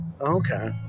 Okay